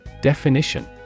Definition